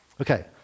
Okay